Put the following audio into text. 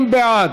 50 בעד,